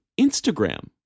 Instagram